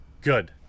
Good